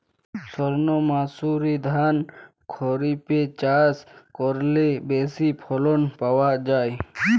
সর্ণমাসুরি ধান খরিপে চাষ করলে বেশি ফলন পাওয়া যায়?